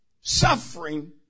suffering